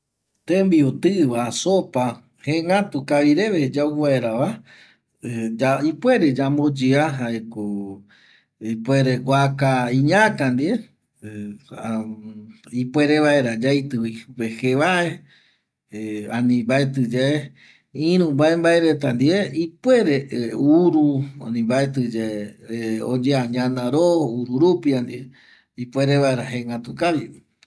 Tembiu tƚva sopa jengatu kavi reve yau vaerava ipuere yamboyea jaeko ipuere guaka iñaka ndie ipuere vaera yaitƚvi pƚpe jevae ani mbaetƚ yae iru mbae mbae reta ndie ipuere uru ani mbaetƚyae oyea ñanaro ururupia ndie ipuere vaera jengatu kavi